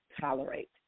tolerate